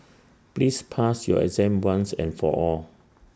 please pass your exam once and for all